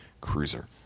cruiser